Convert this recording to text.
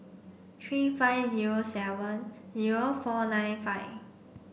three five zero seven zero four nine five